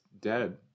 dead